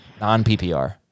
Non-PPR